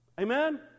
Amen